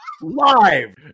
live